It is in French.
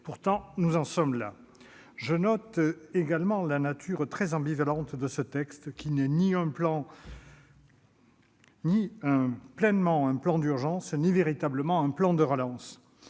pourtant, nous en sommes là ... Je note la nature très ambivalente de ce texte, qui n'est ni pleinement un plan d'urgence ni véritablement un plan de relance.